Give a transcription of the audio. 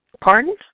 Pardon